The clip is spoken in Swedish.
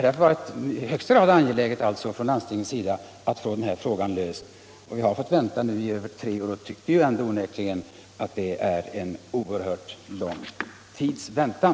Det har därför för landstinget varit i högsta grad angeläget att få denna fråga löst. När det nu dröjt tre år tycker vi onekligen att det är en oerhört lång väntan.